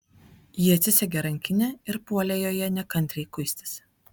ji atsisegė rankinę ir puolė joje nekantriai kuistis